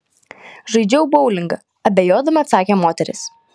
žaidžiau boulingą abejodama atsakė moteris